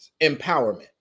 empowerment